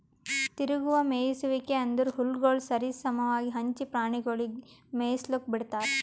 ತಿರುಗುವ ಮೇಯಿಸುವಿಕೆ ಅಂದುರ್ ಹುಲ್ಲುಗೊಳ್ ಸರಿ ಸಮವಾಗಿ ಹಂಚಿ ಪ್ರಾಣಿಗೊಳಿಗ್ ಮೇಯಿಸ್ಲುಕ್ ಬಿಡ್ತಾರ್